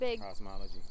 cosmology